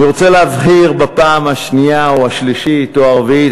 אני רוצה להבהיר בפעם השנייה או השלישית או הרביעית,